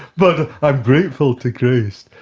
but i'm grateful to grace.